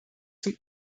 zum